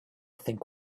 think